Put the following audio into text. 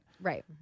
Right